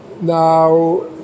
Now